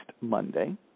Monday